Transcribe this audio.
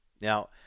Now